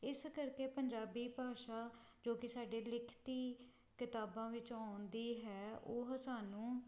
ਇਸ ਕਰਕੇ ਪੰਜਾਬੀ ਭਾਸ਼ਾ ਜੋ ਕਿ ਸਾਡੇ ਲਿਖਤੀ ਕਿਤਾਬਾਂ ਵਿੱਚ ਆਉਂਦੀ ਹੈ ਉਹ ਸਾਨੂੰ